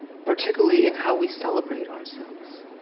particularly in how we celebrate ourselves.